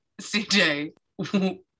cj